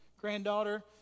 granddaughter